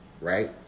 right